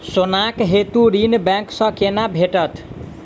सोनाक हेतु ऋण बैंक सँ केना भेटत?